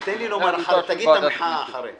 בבקשה תגיד את המחאה אחרי ההצבעה.